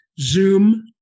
Zoom